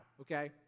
okay